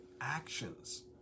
actions